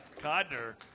Codner